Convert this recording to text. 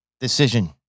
decision